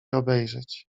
obejrzeć